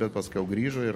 bet paskiau grįžo ir